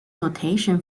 notation